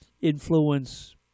influence